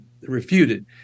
refuted